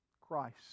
Christ